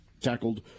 tackled